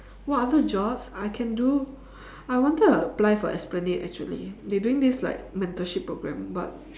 what other jobs I can do I wanted to apply for esplanade actually they doing this like mentorship program but